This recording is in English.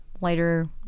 lighter